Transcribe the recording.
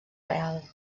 real